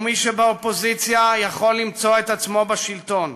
ומי שבאופוזיציה יכול למצוא את עצמו בשלטון.